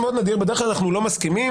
בדרך כלל אנחנו לא מסכימים,